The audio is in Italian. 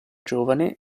giovane